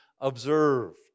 observed